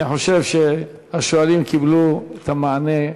אני חושב שהשואלים קיבלו מענה.